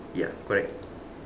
ya correct